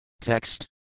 Text